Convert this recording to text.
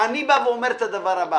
אני בא ואומר את הדבר הבא